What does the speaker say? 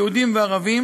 יהודים וערבים,